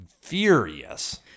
furious